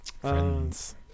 Friends